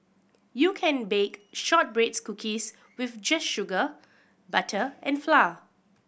you can bake shortbread's cookies with just sugar butter and flour